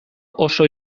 oso